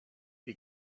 you